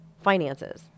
finances